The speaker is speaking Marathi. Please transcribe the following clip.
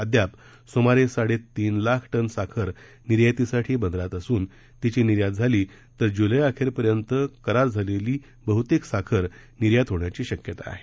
अद्याप सुमारे साडे तीन लाख टन साखर निर्यातीसाठी बंदरात असून तिची निर्यात झाल्यास जुलैअखेर पर्यंत करार झालेली बहुतेक साखर निर्यात होण्याची शक्यता आहे